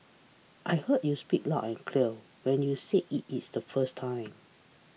I heard speak you loud and clear when you said it is the first time